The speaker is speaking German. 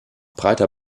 breiter